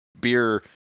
beer